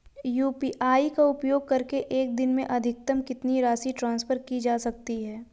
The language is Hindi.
यू.पी.आई का उपयोग करके एक दिन में अधिकतम कितनी राशि ट्रांसफर की जा सकती है?